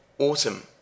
Autumn